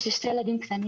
יש לי שני ילדים קטנים.